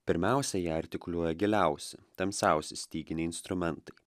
pirmiausia ją artikuliuoja giliausi tamsiausi styginiai instrumentai